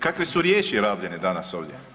Kakve su riječi rabljene danas ovdje?